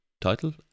title